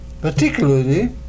particularly